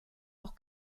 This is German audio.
auch